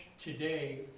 today